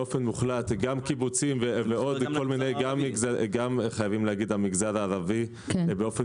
גם קיבוצים וחייבים להגיד גם המגזר הערבי באופן